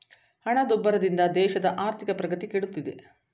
ಹಣದುಬ್ಬರದಿಂದ ದೇಶದ ಆರ್ಥಿಕ ಪ್ರಗತಿ ಕೆಡುತ್ತಿದೆ